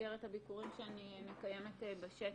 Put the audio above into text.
במסגרת הביקורים שאני מקיימת בשטח,